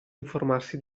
informarsi